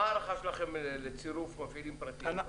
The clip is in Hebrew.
מה ההערכה שלכם באחוזים לצירוף מפעילים פרטיים?